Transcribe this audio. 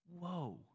whoa